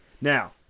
Now